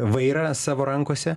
vairą savo rankose